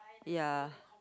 ya